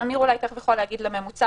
אמיר יכול לדבר על הממוצע,